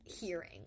hearing